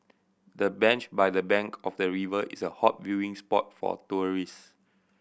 the bench by the bank of the river is a hot viewing spot for tourist